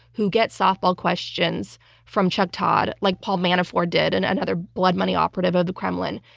who get softball questions from chuck todd like paul manafort did and another blood money operative of the kremlin.